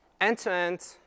End-to-end